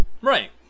Right